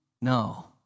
No